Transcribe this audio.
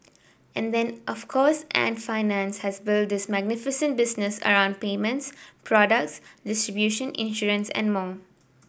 and then of course Ant Financial has built this magnificent business around payments product distribution insurance and more